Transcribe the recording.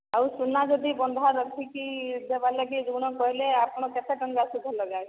ଆଉ ସୁନା ଯଦି ବନ୍ଧା ରଖିକି ଦେବା ଲାଗି ଋଣ କହିଲେ ଆପଣ କେତେ ଟଙ୍କା ସୁଧ ଲଗାଇବେ